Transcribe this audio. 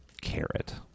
Carrot